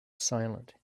silent